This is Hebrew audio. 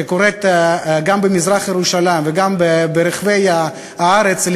גם במזרח-ירושלים וגם ברחבי הארץ,